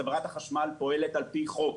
חברת החשמל פועלת על פי חוק.